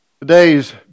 Today's